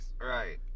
Right